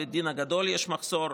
בבית הדין הגדול יש מחסור,